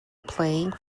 playing